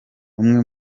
umwe